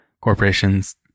corporations